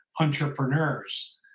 entrepreneurs